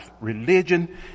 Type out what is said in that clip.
religion